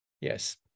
Yes